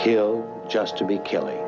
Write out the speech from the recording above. kill just to be killing